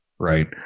Right